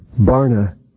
Barna